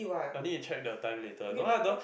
I need check the time later no lah don't